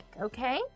okay